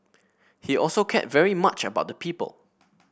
he also cared very much about the people